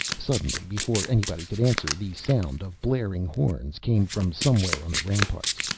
suddenly, before anybody could answer, the sound of blaring horns came from somewhere on the ramparts.